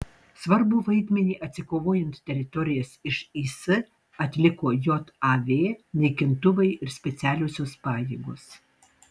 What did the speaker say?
svarbų vaidmenį atsikovojant teritorijas iš is atliko jav naikintuvai ir specialiosios pajėgos